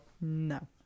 No